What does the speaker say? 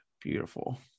beautiful